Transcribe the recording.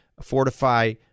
Fortify